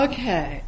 Okay